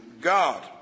God